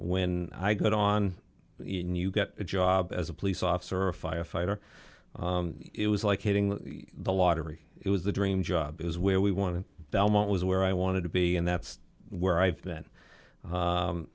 when i get on in you get a job as a police officer or a firefighter it was like hitting the lottery it was the dream job is where we want to belmont was where i wanted to be and that's where i've been